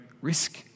risk